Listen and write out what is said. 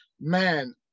man